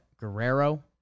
Guerrero